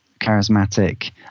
charismatic